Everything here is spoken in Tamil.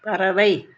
பறவை